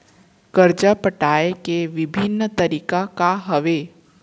करजा पटाए के विभिन्न तरीका का हवे?